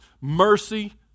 mercy